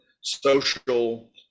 social